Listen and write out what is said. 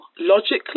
logically